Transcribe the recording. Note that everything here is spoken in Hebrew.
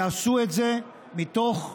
יעשו את זה מתוך התגייסות,